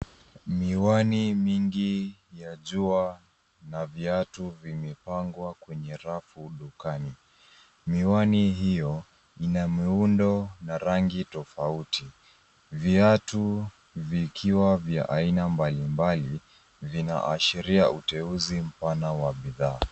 Miwani mingi ya jua na viatu vimepangwa kwenye rafu dukani. Miwani hiyo ina miundo na rangi tofauti. Viatu vikiwa vya aina mbalimbali vinaashiria uteuzi mpana wa bidhaa.